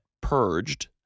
purged